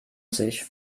sich